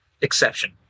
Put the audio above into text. exception